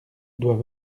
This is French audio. doit